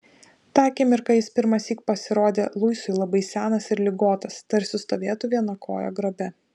tą akimirką jis pirmąsyk pasirodė luisui labai senas ir ligotas tarsi stovėtų viena koja grabe